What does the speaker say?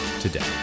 today